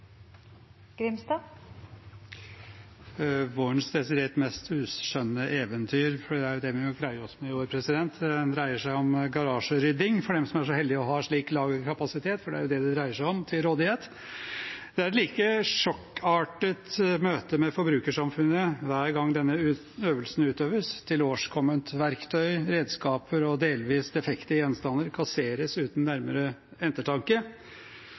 jo det vi må greie oss med i år, dreier seg om garasjerydding, for dem som er så heldige å ha slik lagerkapasitet – for det er det det dreier seg om – til rådighet. Det er et like sjokkartet møte med forbrukersamfunnet hver gang denne øvelsen utøves. Tilårskommet verktøy, redskaper og delvis defekte gjenstander kasseres uten nærmere